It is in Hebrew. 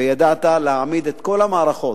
וידעת להעמיד את כל המערכות